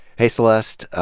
hey celeste.